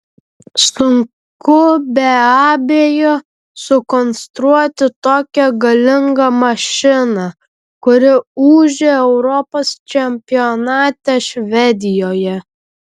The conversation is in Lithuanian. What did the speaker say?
sunku be abejo sukonstruoti tokią galingą mašiną kuri ūžė europos čempionate švedijoje